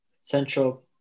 central